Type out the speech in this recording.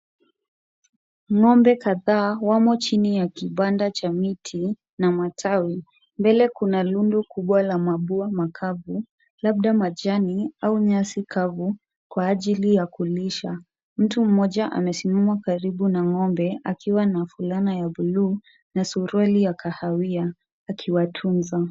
Ng'ombe kadhaa, wamo chini ya kibanda cha miti, na matawi. Mbele kuna rundu kubwa la mabua makavu, labda majani, au nyasi kavu kwa ajili ya kulisha. Mtu mmoja amesimama karibu na ng'ombe, akiwa na fulana ya buluu na suruali ya kahawia. Akiwatunza.